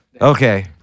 Okay